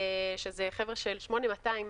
אלו חבר'ה של 8200,